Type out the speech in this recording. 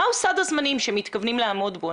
מהו סד הזמנים שמתכוונים לעמוד בו?